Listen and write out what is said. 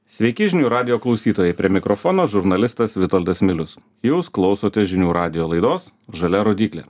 sveiki žinių radijo klausytojai prie mikrofono žurnalistas vitoldas milius jūs klausotės žinių radijo laidos žalia rodyklė